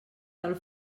del